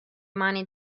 mani